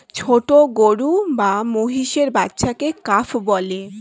ছোট গরু বা মহিষের বাচ্চাকে কাফ বলে